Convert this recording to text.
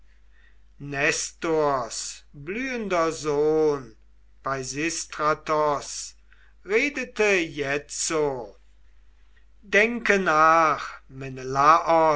blühender sohn peisistratos redete jetzo denke nach